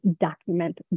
document